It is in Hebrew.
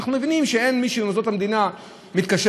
אנחנו מבינים שאין מישהו במוסדות המדינה שמתקשר